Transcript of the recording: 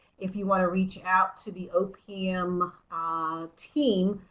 if you want to reach out to the opm team